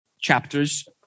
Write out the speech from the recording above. chapters